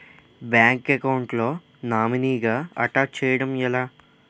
Bank account లో నామినీగా attach చేయడం ఎలా?